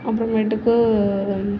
அப்புறமேட்டுக்கு